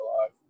alive